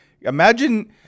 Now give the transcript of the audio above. Imagine